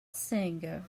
singer